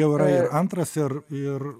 jau yra ir antras ir ir